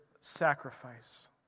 sacrifice